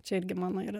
čia irgi mano yra